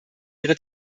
ihre